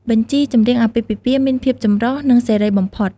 បញ្ជីចម្រៀងអាពាហ៍ពិពាហ៍មានភាពចម្រុះ និងសេរីបំផុត។